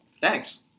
thanks